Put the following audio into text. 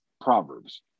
Proverbs